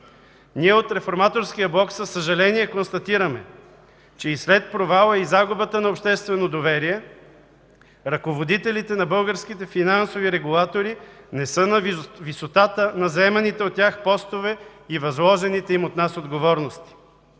Ние от Реформаторския блок със съжаление констатираме, че и след провала и загубата на обществено доверие ръководителите на българските финансови регулатори не са на висотата на заеманите от тях постове и възложените им от нас отговорности.